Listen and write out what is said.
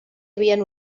havien